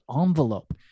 envelope